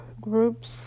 groups